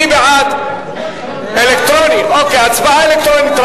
הצבעה אלקטרונית.